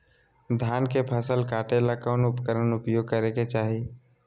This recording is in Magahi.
धान के फसल काटे ला कौन उपकरण उपयोग करे के चाही?